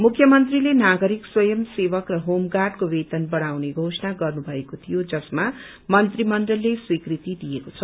मुख्यमन्त्रीले नागरिक स्वयं सेवक र क्रोम गाउँको वेतन बढ़ाउने घोषणा गर्नुभएको थियो जसमा मन्त्रीमण्डलले स्वीकृति दिएको छ